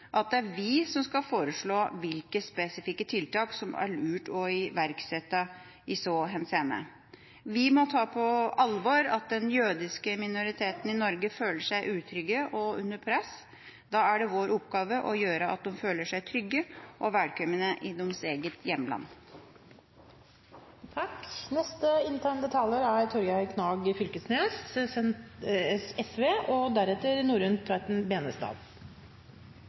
at det er vi som skal foreslå hvilke spesifikke tiltak det er lurt å iverksette i så henseende. Vi må ta på alvor at den jødiske minoriteten i Norge føler seg utrygg og under press. Da er det vår oppgave å gjøre at de føler seg trygge og velkomne i eget hjemland. Problemstillinga rundt antisemittisme er